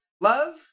Love